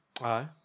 Aye